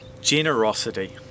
Generosity